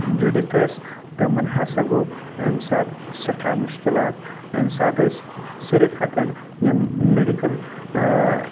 جُڑِتھ ٲسۍ تِمن ہسا گوٚو امہِ ساتہٕ سٮ۪ٹھاہ مُشکلات امہِ ساتہِ ٲسۍ صرف ہٮ۪کان یِم میڈکل